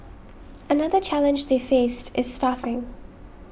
another challenge they faced is staffing